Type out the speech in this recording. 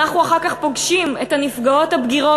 אנחנו אחר כך פוגשים את הנפגעות הבגירות,